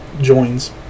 joins